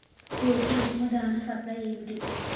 కోడికి ఉత్తమ దాణ సప్లై ఏమిటి?